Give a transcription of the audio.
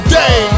day